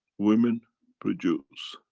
women produce.